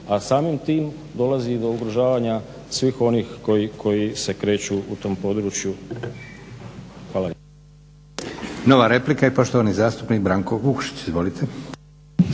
A samim tim dolazi do ugrožavanja svih onih koji se kreću u tom području. Hvala